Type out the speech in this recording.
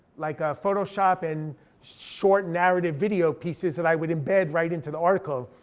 like ah photoshop, and short narrative video pieces that i would embed right into the articles.